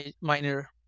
minor